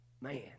man